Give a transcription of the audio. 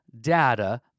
data